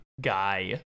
guy